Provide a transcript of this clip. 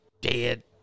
dead